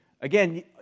Again